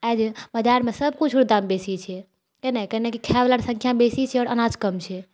आइ जे बजारमे सभ किछुके दाम बेसी छै किआकि खाइ बलाके सङ्ख्या बेसी छै आओर अनाज कम छै